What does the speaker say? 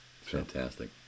Fantastic